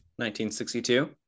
1962